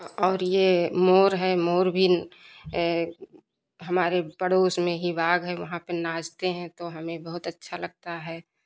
और यह मोर है मोर भी हमारे पड़ोस में ही बाग है वहाँ पर नाचते हैं तो हमें बहुत अच्छा लगता है